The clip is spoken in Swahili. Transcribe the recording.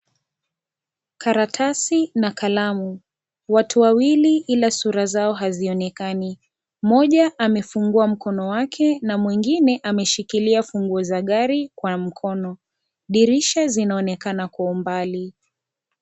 Karatasi na kalamu, watu wawili ila sura zao hazionekani, mmoja amefungua mkono wake na mwingine ameshikilia funguo za gari kwa mkono, dirisha zinaonekana kwa umbali.